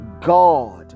God